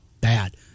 bad